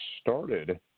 started